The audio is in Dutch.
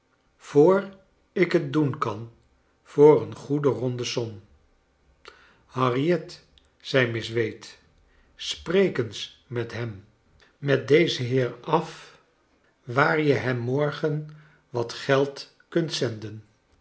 voor ik het doen kan voor een goede ronde som harriet zei miss wade spreek eens met hem met dezen heer af waar je hem morgen wat geld kunt zenden